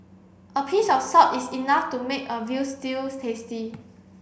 a pinch of salt is enough to make a veal stew tasty